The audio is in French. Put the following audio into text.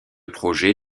projet